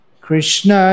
Krishna